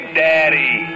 daddy